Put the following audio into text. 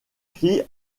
christ